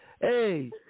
Hey